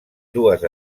dues